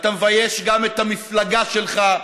אתה מבייש גם את המפלגה שלך,